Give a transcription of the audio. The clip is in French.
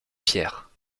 pierre